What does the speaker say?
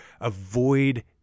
avoid